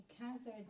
cancer